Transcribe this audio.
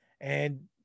And-